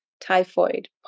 typhoid